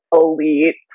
elite